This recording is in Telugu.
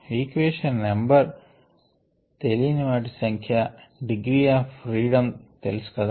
ఈక్వేషన్స్ నెంబర్ తెలియని వాటి సంఖ్య డిగ్రీ ఆఫ్ ఫ్రీడమ్ తెలుసు కదా